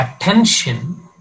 attention